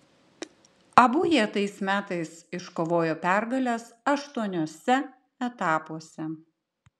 abu jie tais metais iškovojo pergales aštuoniuose etapuose